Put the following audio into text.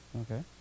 Okay